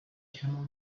camel